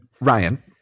Ryan